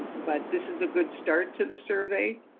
but this is a good start to the survey.